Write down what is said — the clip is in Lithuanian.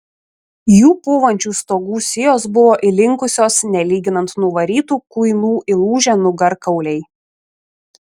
jų pūvančių stogų sijos buvo įlinkusios nelyginant nuvarytų kuinų įlūžę nugarkauliai